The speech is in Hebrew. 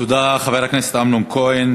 תודה לחבר הכנסת אמנון כהן.